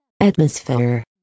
atmosphere